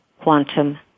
quantum